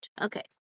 Okay